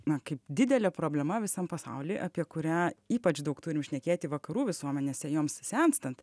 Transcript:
na kaip didelė problema visam pasauliui apie kurią ypač daug turim šnekėti vakarų visuomenėse joms senstant